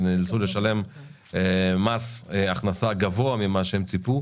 ונאלצו לשלם מס הכנסה גבוה ממה שהם ציפו,